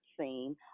seen